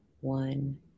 one